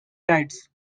tides